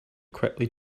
quickly